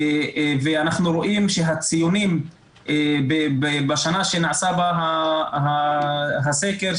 ואנחנו רואים שהציונים בשנה שנעשה בה הסקר,